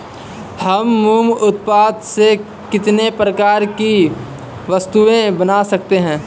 हम मोम उत्पाद से कितने प्रकार की वस्तुएं बना सकते हैं?